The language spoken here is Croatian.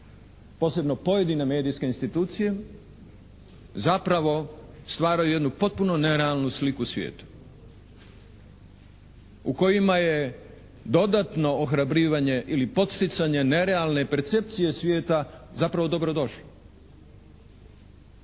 posebno pojedine medijske institucije zapravo stvaraju jednu potpuno nerealnu sliku svijetu. U kojima je dodatno ohrabrivanje ili poticanje nerealne percepcije svijeta zapravo dobrodošlo.